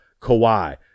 Kawhi